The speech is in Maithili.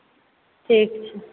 ठीक छै